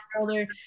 older